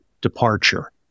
departure